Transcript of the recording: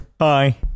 Hi